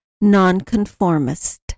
Nonconformist